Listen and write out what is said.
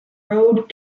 road